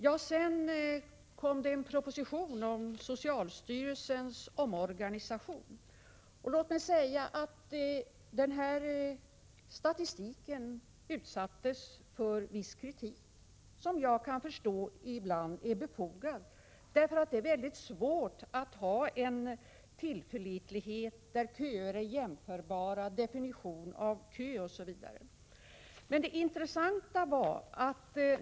Ja, sedan kom det en proposition om socialstyrelsens omorganisation. Den här statistiken utsattes för viss kritik, som jag kan förstå var befogad ibland. Det är nämligen väldigt svårt att åstadkomma en tillförlitlighet när det gäller huruvida köer är jämförbara, hur man skall definiera begreppet kö osv.